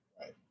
Right